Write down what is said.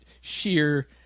sheer